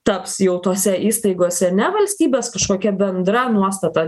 taps jau tose įstaigose ne valstybės kažkokia bendra nuostata